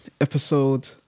episode